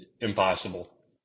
impossible